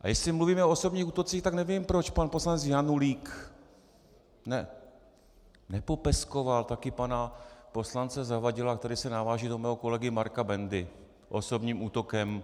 A jestli mluvíme o osobních útocích, tak nevím, proč pan poslanec Janulík nepopeskoval také pana poslance Zavadila, který se naváží do mého kolegy Marka Bendy osobním útokem.